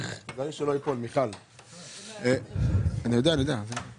לא הייתי עת התקיים הדיון על הפנייה.